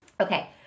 Okay